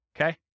Okay